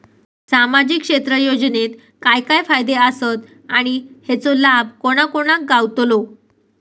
सामजिक क्षेत्र योजनेत काय काय फायदे आसत आणि हेचो लाभ कोणा कोणाक गावतलो?